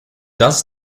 does